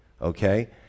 Okay